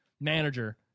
manager